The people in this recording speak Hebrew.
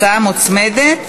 יש הצעה מוצמדת שלי.